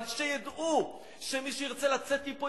אבל שידעו שמי שירצה לצאת מפה,